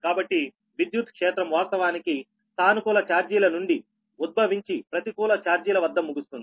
కాబట్టి విద్యుత్ క్షేత్రం వాస్తవానికి సానుకూల చార్జీల నుండి ఉద్భవించి ప్రతికూల చార్జీల వద్ద ముగుస్తుంది